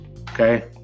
Okay